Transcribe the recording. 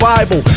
Bible